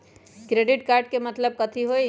Credit card के मतलब कथी होई?